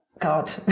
God